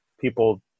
people